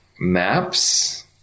maps